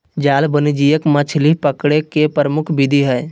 जाल वाणिज्यिक मछली पकड़े के प्रमुख विधि हइ